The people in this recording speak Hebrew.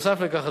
נוסף על כך,